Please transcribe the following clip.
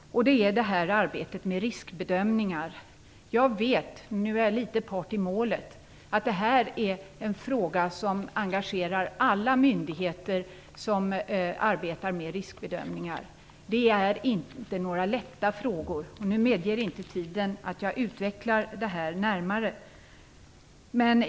Det gäller då arbetet med riskbedömningar. Jag vet, men jag är litet grand part i målet, att det här är en fråga som engagerar alla myndigheter som arbetar med riskbedömningar. De frågorna är inte lätta. Tiden medger inte att jag utvecklar detta närmare.